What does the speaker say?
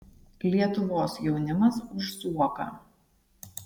lietuvos jaunimas už zuoką